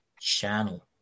channel